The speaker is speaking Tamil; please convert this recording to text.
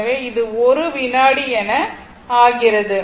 எனவே இது 1 வினாடி என ஆகிறது